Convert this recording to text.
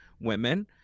women